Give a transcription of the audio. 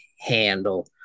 handle